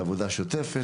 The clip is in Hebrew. זו עבודה שוטפת,